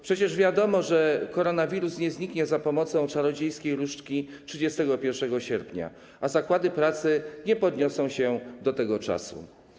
Przecież wiadomo, że koronawirus nie zniknie za pomocą czarodziejskiej różdżki 31 sierpnia, a zakłady pracy nie podniosą się do tego czasu.